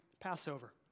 Passover